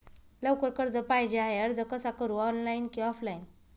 लवकर कर्ज पाहिजे आहे अर्ज कसा करु ऑनलाइन कि ऑफलाइन?